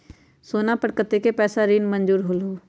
सोना पर कतेक पैसा ऋण मंजूर होलहु?